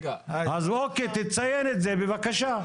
אז אוקי, תציין את זה, בבקשה.